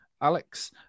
Alex